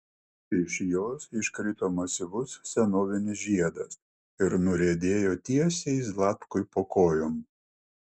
iš jos iškrito masyvus senovinis žiedas ir nuriedėjo tiesiai zlatkui po kojom